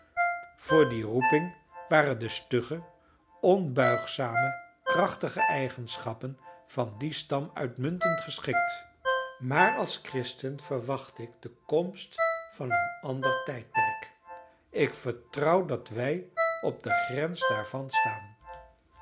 voor die roeping waren de stugge onbuigzame krachtige eigenschappen van dien stam uitmuntend geschikt maar als christen verwacht ik de komst van een ander tijdperk ik vertrouw dat wij op de grens daarvan staan